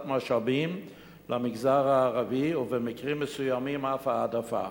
משאבים למגזר הערבי ובמקרים מסוימים אף העדפה.